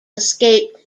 escaped